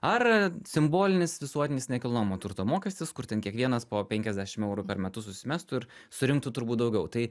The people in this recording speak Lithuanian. ar simbolinis visuotinis nekilnojamo turto mokestis kur kiekvienas po penkiasdešim eurų per metus susimestų ir surinktų turbūt daugiau tai